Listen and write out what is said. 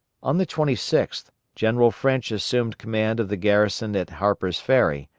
on the twenty sixth, general french assumed command of the garrison at harper's ferry,